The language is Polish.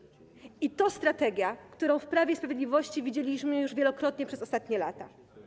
I to strategia, którą w Prawie i Sprawiedliwości widzieliśmy już wielokrotnie przez ostatnie lata.